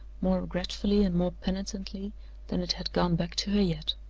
more regretfully and more penitently than it had gone back to her yet.